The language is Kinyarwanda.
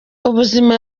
ubuzima